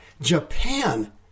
Japan